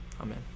Amen